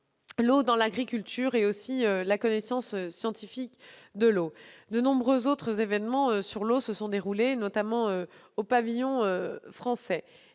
l'eau dans l'agriculture ou encore la connaissance scientifique de l'eau. Enfin, de nombreux autres événements sur l'eau se sont déroulés, notamment au pavillon français.